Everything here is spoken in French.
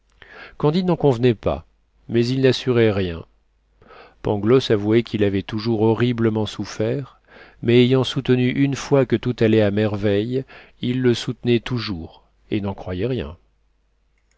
candide n'en convenait pas mais il n'assurait rien pangloss avouait qu'il avait toujours horriblement souffert mais ayant soutenu une fois que tout allait à merveille il le soutenait toujours et n'en croyait rien